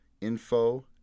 info